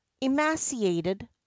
emaciated